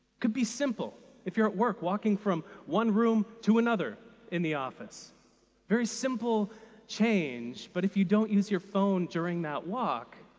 could be simple if you're at work walking from one room to another in the office very simple change but if you don't use your phone during that walk,